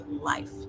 life